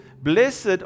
blessed